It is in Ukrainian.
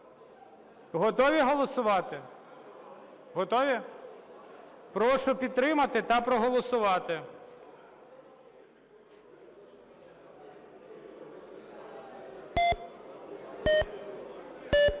Готові голосувати? Готові? Прошу підтримати та проголосувати.